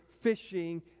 fishing